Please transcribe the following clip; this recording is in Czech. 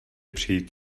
přijít